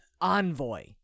Envoy